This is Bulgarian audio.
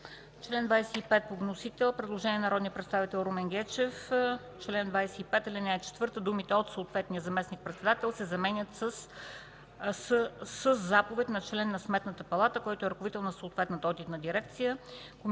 Член 25 по вносител – предложение на народния представител Румен Гечев: „В чл. 25, ал. 4 думите „от съответния заместник-председател” се заменят със „със заповед на член на Сметната палата, който е ръководител на съответната одитна дирекция”.”